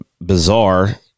bizarre